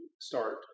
start